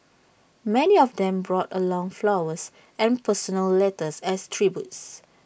many of them brought along flowers and personal letters as tributes